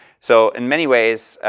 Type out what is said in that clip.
so in many ways,